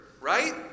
right